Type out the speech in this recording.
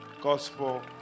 gospel